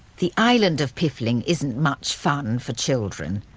the island of piffling isn't much fun for children.